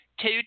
Two